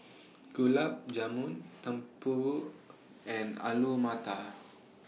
Gulab Jamun Tempura and Alu Matar